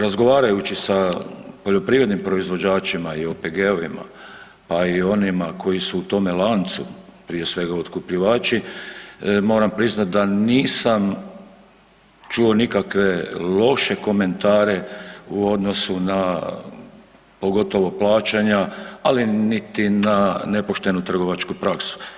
Razgovarajući sa poljoprivrednim proizvođačima i OPG-ovima, a i onima koji su u tome lancu prije svega otkupljivači moram priznat da nisam čuo nikakve loše komentare u odnosu na, pogotovo plaćanja, ali niti na nepoštenu trgovačku praksu.